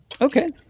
Okay